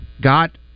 got